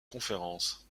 conférences